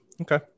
okay